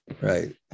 right